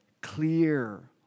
clear